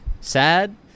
sad